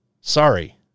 Sorry